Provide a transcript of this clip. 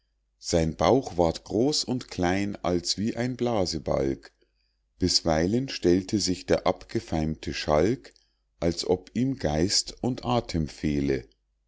sein bauch ward groß und klein als wie ein blasebalg bisweilen stellte sich der abgefeimte schalk als ob ihm geist und